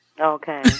okay